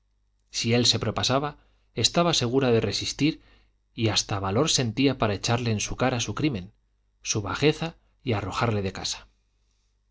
si él se propasaba estaba segura de resistir y hasta valor sentía para echarle en cara su crimen su bajeza y arrojarle de casa